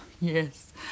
yes